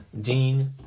Dean